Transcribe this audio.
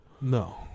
No